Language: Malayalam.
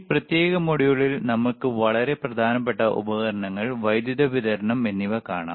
ഈ പ്രത്യേക മൊഡ്യൂളിൽ നമുക്ക് വളരെ പ്രധാനപ്പെട്ട ഉപകരണങ്ങൾ വൈദ്യുതി വിതരണം എന്നിവ കാണാം